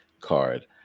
card